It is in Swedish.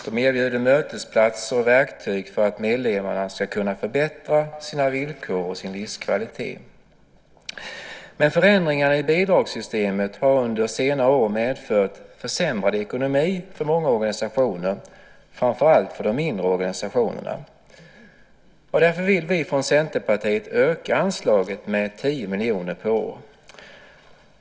De erbjuder mötesplatser och verktyg för att medlemmarna ska kunna förbättra sina villkor och sin livskvalitet. Men förändringarna i bidragssystemet har under senare år medfört försämrad ekonomi för många organisationer, framför allt de mindre organisationerna. Därför vill vi från Centerpartiet öka anslaget med 10 miljoner per år.